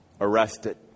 arrested